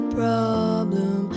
problem